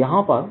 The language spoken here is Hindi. तो यहां पर